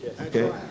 okay